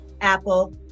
Apple